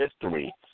history